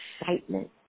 excitement